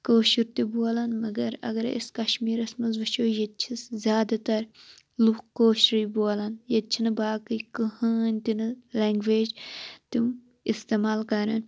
کٲشُر تہِ بولان مَگَر اَگَر أسۍ کَشمیرَس منٛز وُچھو ییٚتہِ چھِ زیادٕ تَر لُکھ کٲشرُے بولان ییٚتہِ چھِنہٕ باقٕے کٕہٕنۍ تہِ نہٕ لَنٛگویج تِم اِستعمال کَران